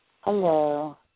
Hello